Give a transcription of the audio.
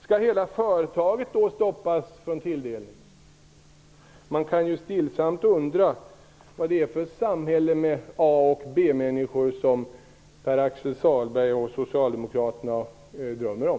Skall hela företaget stoppas från tilldelning? Man kan stillsamt undra vad det är för ett samhälle med A och B-människor som Pär-Axel Sahlberg och Socialdemokraterna drömmer om.